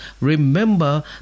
remember